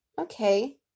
okay